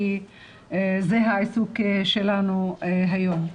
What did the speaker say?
כי זה העיסוק שלנו היום.